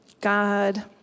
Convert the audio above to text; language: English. God